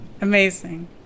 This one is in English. Amazing